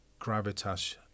gravitas